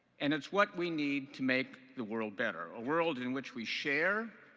and it's what we need to make the world better, a world in which we share,